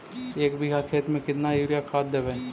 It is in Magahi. एक बिघा खेत में केतना युरिया खाद देवै?